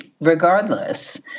Regardless